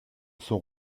son